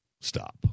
Stop